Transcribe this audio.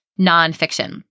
nonfiction